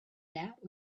that